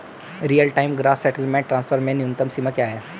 Real time gross settlement transfer में न्यूनतम सीमा क्या है?